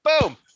Boom